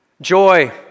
joy